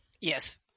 Yes